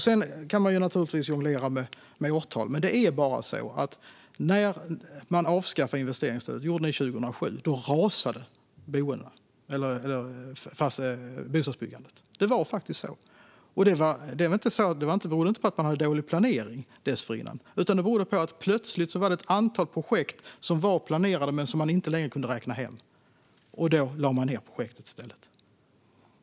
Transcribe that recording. Man kan naturligtvis jonglera med årtal, men faktum är att när ni avskaffade investeringsstödet 2007 rasade bostadsbyggandet. Så var det faktiskt. Det berodde inte på att man hade planerat dåligt tidigare, utan det berodde på att det plötsligt fanns ett antal planerade projekt som man inte längre kunde räkna hem. Då lade man i stället ned dessa projekt.